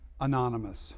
Anonymous